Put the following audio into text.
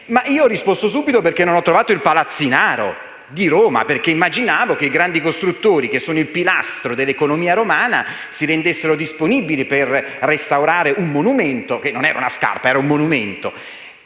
che lo avevo fatto perché non avevo trovato il palazzinaro di Roma, perché immaginavo che i grandi costruttori, che sono il pilastro dell'economia romana, si rendessero disponibili per restaurare un monumento: non era una scarpa, ma un monumento.